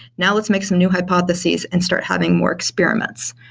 now let's make some new hypotheses and start having more experiments.